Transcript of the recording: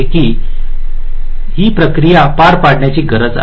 तर ही प्रक्रिया पार पाडण्याची गरज आहे